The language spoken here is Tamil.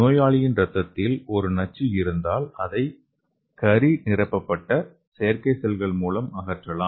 நோயாளியின் இரத்தத்தில் ஒரு நச்சு இருந்தால் அதை கரி நிரப்பப்பட்ட செயற்கை செல்கள் மூலம் அகற்றலாம்